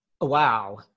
Wow